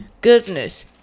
goodness